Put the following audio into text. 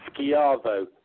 Schiavo